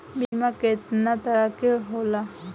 बीमा केतना तरह के होला?